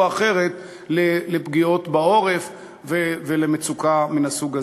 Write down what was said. או אחרת לפגיעות בעורף ולמצוקה מן הסוג הזה,